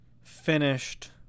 finished